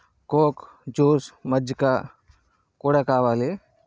coke juice మజ్జిగా కూడా కావాలి